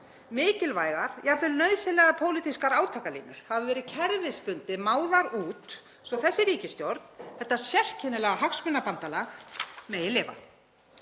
Mikilvægar, jafnvel nauðsynlegar pólitískar átakalínur hafa verið kerfisbundið máðar út svo þessi ríkisstjórn, þetta sérkennilega hagsmunabandalag, megi lifa.